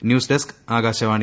news desk Akashvani